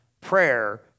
prayer